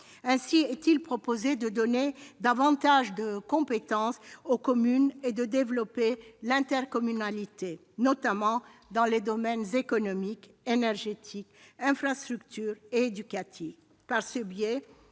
Ainsi est-il proposé de donner davantage de compétences aux communes et de développer l'intercommunalité, notamment dans les domaines économique, énergétique, infrastructurel et éducatif.